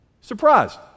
Surprised